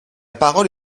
parole